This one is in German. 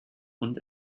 und